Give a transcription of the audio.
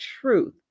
truth